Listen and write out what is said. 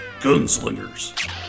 gunslingers